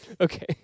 Okay